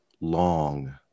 long